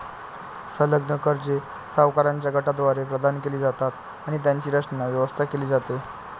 संलग्न कर्जे सावकारांच्या गटाद्वारे प्रदान केली जातात आणि त्यांची रचना, व्यवस्था केली जाते